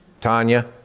Tanya